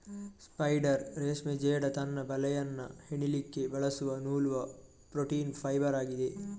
spider ರೇಷ್ಮೆ ಜೇಡ ತನ್ನ ಬಲೆಯನ್ನ ಹೆಣಿಲಿಕ್ಕೆ ಬಳಸುವ ನೂಲುವ ಪ್ರೋಟೀನ್ ಫೈಬರ್ ಆಗಿದೆ